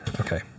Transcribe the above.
Okay